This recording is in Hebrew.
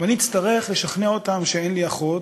ואני אצטרך לשכנע אותם שאין לי אחות,